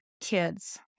kids